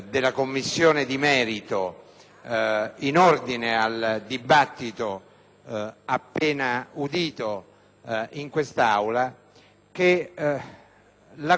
Grazie.